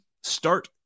start